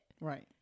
Right